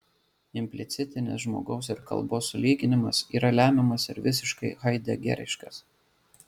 implicitinis žmogaus ir kalbos sulyginimas yra lemiamas ir visiškai haidegeriškas